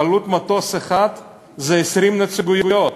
ועלות מטוס אחד זה 20 נציגויות,